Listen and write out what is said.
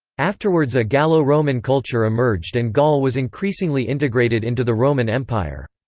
afterwards a gallo-roman culture emerged and gaul was increasingly integrated into the roman empire.